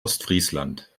ostfriesland